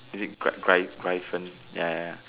is it gri~ griffon ya ya ya